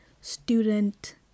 student